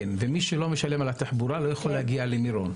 ומי שלא משלם על התחבורה לא יכול להגיע למירון.